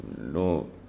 no